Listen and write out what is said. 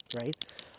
right